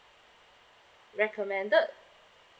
recommended